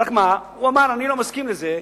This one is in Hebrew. רק מה, הוא אמר: אני לא מסכים לזה,